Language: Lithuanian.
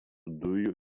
dujų